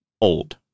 old